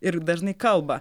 ir dažnai kalba